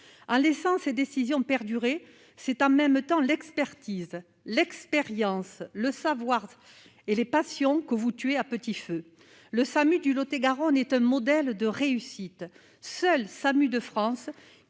en laissant ses décisions perdurer, c'est en même temps l'expertise, l'expérience, le savoir et les passions que vous tuer à petit feu le SAMU du Lot-et-Garonne est un modèle de réussite seul SAMU de France